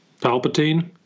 Palpatine